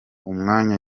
umwanya